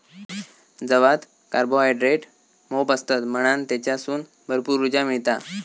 जवात कार्बोहायड्रेट मोप असतत म्हणान तेच्यासून भरपूर उर्जा मिळता